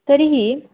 तर्हि